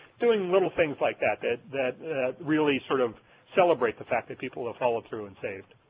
doing little things like that, that that really sort of celebrate the fact that people have followed through and saved.